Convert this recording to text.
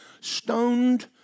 Stoned